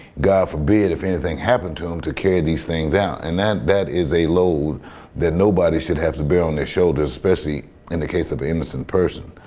god forbid if anything happened to him to carry these things out. and that that is a load that nobody should have to bear on their shoulders especially in the case of a innocent person.